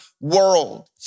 world